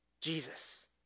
Jesus